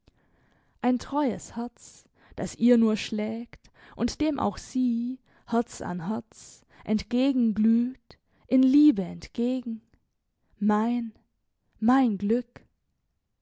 ein treues herz das ihr nur schlägt und dem auch sie herz an herz entgegenglüht in liebe entgegen mein mein glück